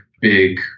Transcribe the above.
big